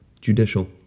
Judicial